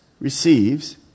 receives